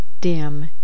dim